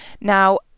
now